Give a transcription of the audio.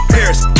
Paris